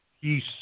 peace